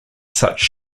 such